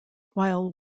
while